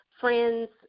friends